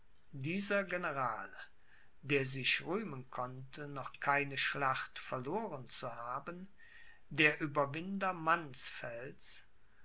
dieser general der sich rühmen konnte noch keine schlacht verloren zu haben der ueberwinder mannsfelds